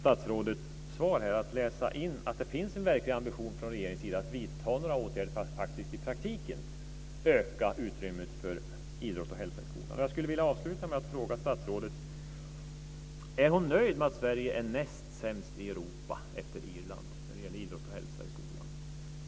statsrådets svar har jag väldigt svårt att läsa in att det finns en verklig ambition från regeringens sida att vidta några åtgärder för att i praktiken öka utrymmet för idrott och hälsa i skolan. Irland när det gäller idrott och hälsa i skolan?